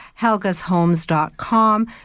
helgashomes.com